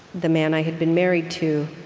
the man i had been married to.